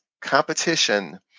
competition